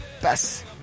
best